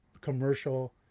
commercial